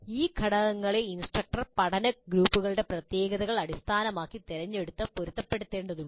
ഈ ഘടകങ്ങളെ ഇൻസ്ട്രക്ടർ പഠന ഗ്രൂപ്പുകളുടെ പ്രത്യേകതകൾ അടിസ്ഥാനമാക്കി തിരഞ്ഞെടുത്ത് പൊരുത്തപ്പെടുത്തേണ്ടതുണ്ട്